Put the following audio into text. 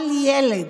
כל ילד,